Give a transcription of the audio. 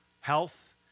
health